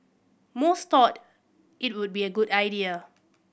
most thought it would be a good idea